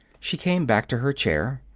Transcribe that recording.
she came back to her chair.